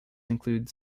include